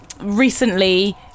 recently